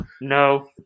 no